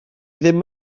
ddim